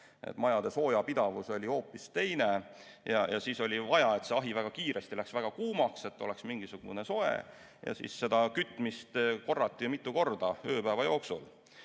Majade soojapidavus oli hoopis teine ja siis oli vaja, et ahi väga kiiresti läheks väga kuumaks, et oleks mingisugune soe, ja seda kütmist korrati mitu korda ööpäeva jooksul.